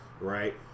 right